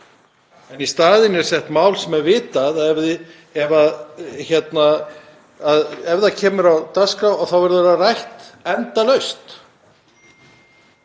Í staðinn er sett mál sem er vitað að ef það kemur á dagskrá verður það rætt endalaust.